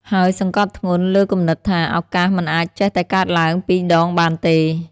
ហើយសង្កត់ធ្ងន់លើគំនិតថា ឱកាសមិនអាចចេះតែកើតឡើងពីរដងបានទេ។